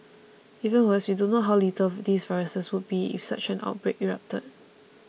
even worse we don't know how lethal these viruses would be if such an outbreak erupted